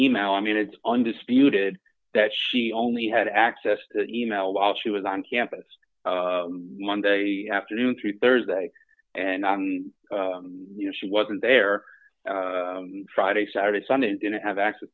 e mail i mean it's undisputed that she only had access to email while she was on campus monday afternoon through thursday and i know she wasn't there friday saturday sunday and didn't have access